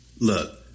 Look